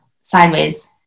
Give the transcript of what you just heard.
sideways